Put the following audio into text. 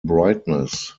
brightness